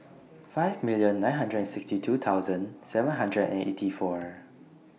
five million nine hundred and sixty two thousand seven hundred and eighty four